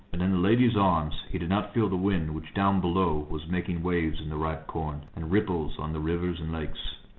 and in the lady's arms he did not feel the wind which down below was making waves in the ripe corn, and ripples on the rivers and lakes.